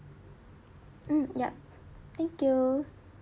mm yup thank you